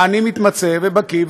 אני מתמצא ובקי,